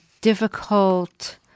difficult